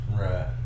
Right